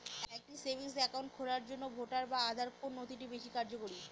একটা savings account খোলার জন্য ভোটার বা আধার কোন নথিটি বেশী কার্যকরী?